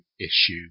issue